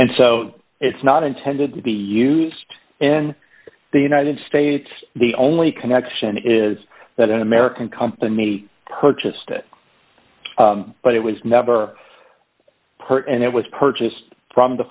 and so it's not intended to be used in the united states the only connection is that an american company purchased it but it was never part and it was purchased from the